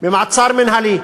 במעצר מינהלי.